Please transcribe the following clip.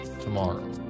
tomorrow